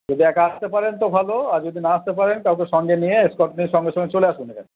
যদি একা আসতে পারেন তো ভালো আর যদি না আসতে পারেন কাউকে সঙ্গে নিয়ে নিয়ে সঙ্গে সঙ্গে চলে আসুন এখানে